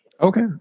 Okay